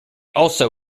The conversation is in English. also